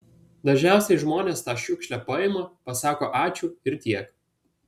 dažniausiai žmonės tą šiukšlę paima pasako ačiū ir tiek